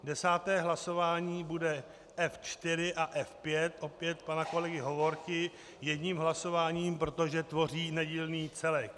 Desáté hlasování bude F4 a F5, opět pana kolegy Hovorky, jedním hlasováním, protože tvoří nedílný celek.